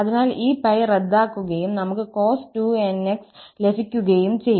അതിനാൽ ഈ 𝜋 റദ്ദാക്കുകയും നമുക് cos2𝑛𝑥 ലഭിക്കുകയും ചെയ്യും